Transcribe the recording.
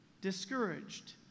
Discouraged